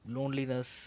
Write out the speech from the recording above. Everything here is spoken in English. Loneliness